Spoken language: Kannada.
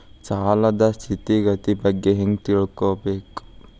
ಸಾಲದ್ ಸ್ಥಿತಿಗತಿ ಬಗ್ಗೆ ಹೆಂಗ್ ತಿಳ್ಕೊಬೇಕು?